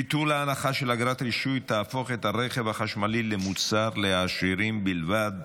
ביטול ההנחה על אגרת רישוי תהפוך את הרכב החשמלי למוצר לעשירים בלבד.